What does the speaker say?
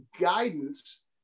guidance